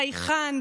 חייכן,